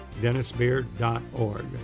dennisbeard.org